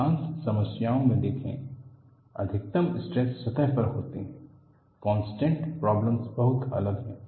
अधिकांश समस्याओं में देखें अधिकतम स्ट्रेस सतह पर होता है कॉन्टैक्ट प्रॉब्लम्स बहुत अलग हैं